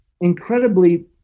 incredibly